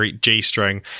G-String